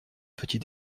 petit